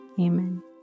Amen